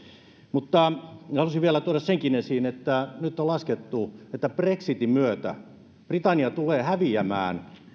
mutta halusin vielä tuoda senkin esiin että nyt on laskettu että brexitin myötä britannia tulee häviämään